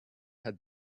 had